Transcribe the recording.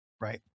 right